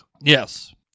Yes